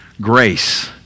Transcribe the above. grace